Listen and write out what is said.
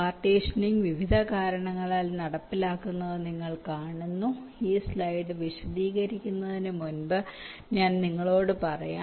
partitioning വിവിധ കാരണങ്ങളാൽ നടപ്പിലാക്കുന്നത് നിങ്ങൾ കാണുന്നു ഈ സ്ലൈഡ് വിശദീകരിക്കുന്നതിന് മുമ്പ് ഞാൻ നിങ്ങളോട് പറയാം